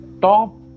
top